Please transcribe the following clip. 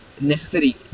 necessary